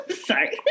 sorry